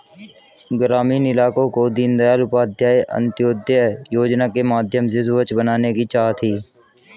ग्रामीण इलाकों को दीनदयाल उपाध्याय अंत्योदय योजना के माध्यम से स्वच्छ बनाने की चाह थी